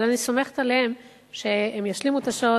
אבל אני סומכת עליהם שהם ישלימו את השעות